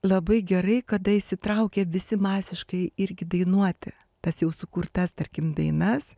labai gerai kada įsitraukia visi masiškai irgi dainuoti tas jau sukurtas tarkim dainas